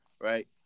right